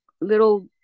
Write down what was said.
little